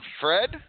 Fred